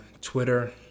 Twitter